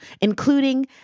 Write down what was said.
including